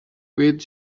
with